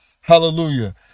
Hallelujah